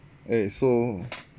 eh so